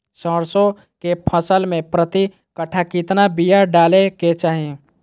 सरसों के फसल में प्रति कट्ठा कितना बिया डाले के चाही?